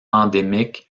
endémique